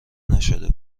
نشده